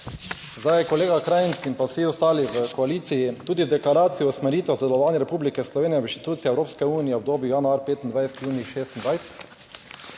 zdaj kolega Krajnc in pa vsi ostali v koaliciji, tudi v deklaraciji, usmeritvah za delovanje Republike Slovenije v institucijah Evropske unije v obdobju januar 2025, junij 2026.